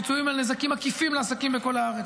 פיצויים על נזקים עקיפים לעסקים בכל הארץ.